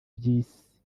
iby’isi